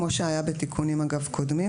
כמו שהיה בתיקונים קודמים,